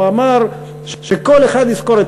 הוא אמר שכל אחד יזכור את